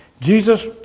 Jesus